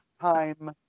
time